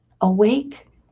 awake